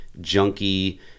junky